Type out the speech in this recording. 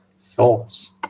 Thoughts